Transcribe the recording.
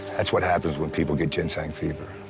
that's what happens when people get ginseng fever.